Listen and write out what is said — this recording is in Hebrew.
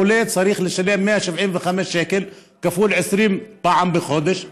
החולה צריך לשלם 175 שקל כפול 20 פעם בחודש,